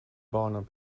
barnen